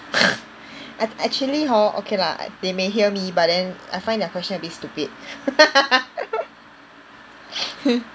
ac~ actually hor okay lah they may hear me but then I find their question a bit stupid